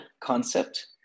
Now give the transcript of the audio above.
concept